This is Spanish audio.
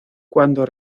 cuando